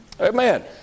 Amen